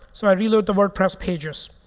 so i reload the wordpress pages.